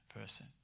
person